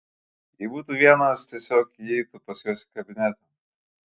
jei būtų vienas tiesiog įeitų pas juos į kabinetą